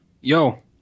Yo